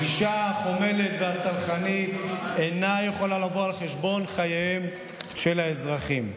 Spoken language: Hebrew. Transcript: הגישה החומלת והסלחנית אינה יכולה לבוא על חשבון חייהם של האזרחים.